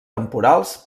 temporals